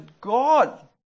God